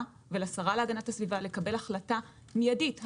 ולשרה להגנת הסביבה לקבל החלטה מידית היום,